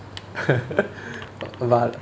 b~ but